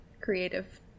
creative